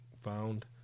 found